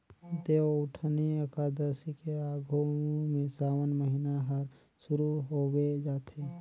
देवउठनी अकादसी के आघू में सावन महिना हर सुरु होवे जाथे